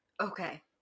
Okay